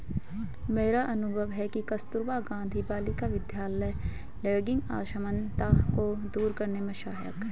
मेरा अनुभव है कि कस्तूरबा गांधी बालिका विद्यालय लैंगिक असमानता को दूर करने में सहायक है